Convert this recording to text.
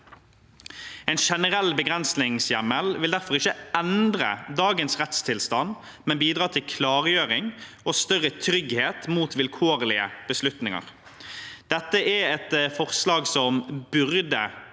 En generell begrensningshjemmel vil derfor ikke endre dagens rettstilstand, men bidra til klargjøring og større trygghet mot vilkårlige beslutninger. Dette er et forslag som burde